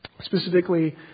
specifically